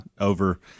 over